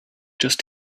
just